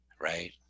right